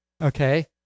Okay